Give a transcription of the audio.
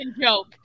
joke